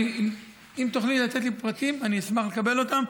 אם תוכלי לתת לי פרטים, אשמח לקבל אותם.